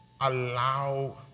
allow